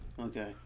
Okay